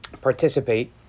participate